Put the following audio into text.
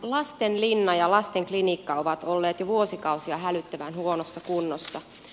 lastenlinna ja lastenklinikka ovat olleet jo vuosikausia hälyttävän huonossa kunnossa